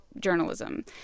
journalism